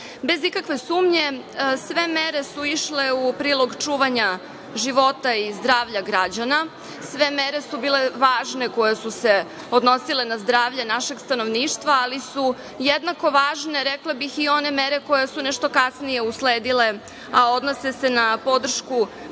ikakve sumnje sve mere su išle u prilog čuvanja života i zdravlja građana, sve mere su bile važne koje su se odnosile na zdravlje našeg stanovništva, ali su jednako važne rekla bih i one mere koje su nešto kasnije usledile, a odnose se na podršku privredi